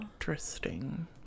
interesting